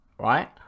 right